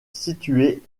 situé